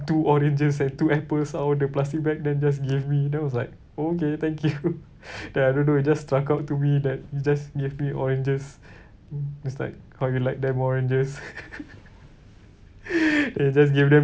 two oranges and two apples out of the plastic bag then just give me then I was like oh okay thank you ya I don't know it just struck out to me that he just gave me oranges it's like how you like them oranges he just gave them